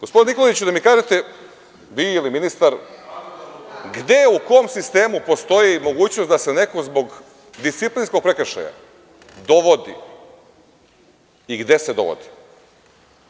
Gospodine Nikoliću, da mi kažete vi ili ministar, gde, u kom sistemu postoji mogućnost da se neko zbog disciplinskog prekršaja dovodi i gde se dovodi?